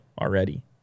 already